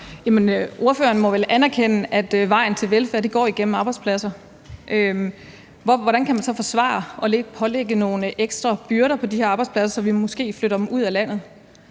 ordføreren må vel anerkende, at vejen til velfærd går igennem arbejdspladser. Hvordan kan man så forsvare at pålægge nogle ekstra byrder på de her arbejdspladser, så vi måske flytter dem ud af landet?